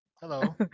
Hello